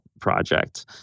project